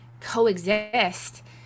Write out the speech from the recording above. coexist